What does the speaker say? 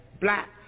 black